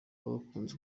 bakunze